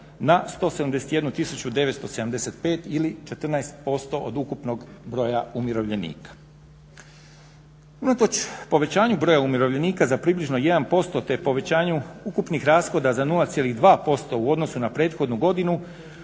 tisuću 975 ili 14% od ukupnog broja umirovljenika. Unatoč povećanju broj umirovljenika za približno 1% te povećanju ukupnih rashoda za 0,2% u odnosu na prethodnu godinu